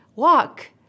walk